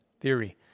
theory